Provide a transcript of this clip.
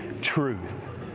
truth